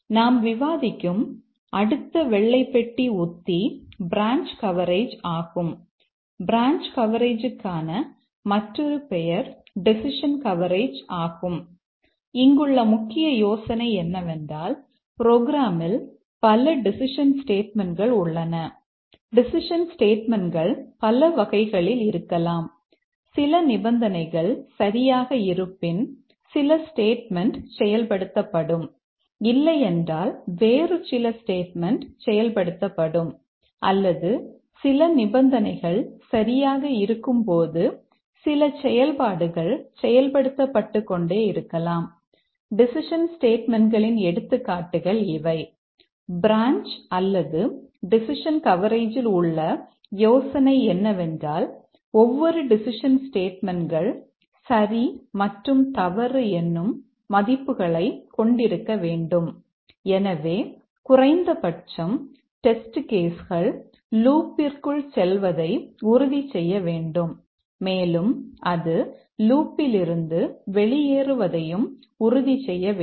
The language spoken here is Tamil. நாம் விவாதிக்கும் அடுத்த வெள்ளை பெட்டி உத்தி பிரான்ச் லிருந்து வெளியேறுவதையும் உறுதி செய்ய வேண்டும்